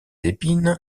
épines